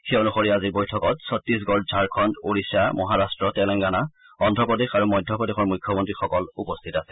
সেই অনুসৰি আজিৰ বৈঠকত চট্টিছগড় ঝাৰখণ্ড ওড়িশা মহাৰাট্ট তেলেংগানা অন্ধপ্ৰদেশ আৰু মধ্য প্ৰদেশৰ মুখ্যমন্ত্ৰীসকল উপস্থিত আছে